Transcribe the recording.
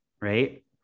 right